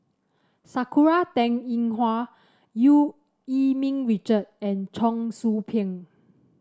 Sakura Teng Ying Hua Eu Yee Ming Richard and Cheong Soo Pieng